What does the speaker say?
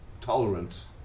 tolerance